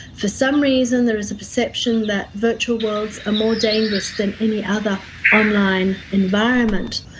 for some reason there is a perception that virtual worlds are more dangerous than any other online environment.